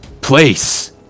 place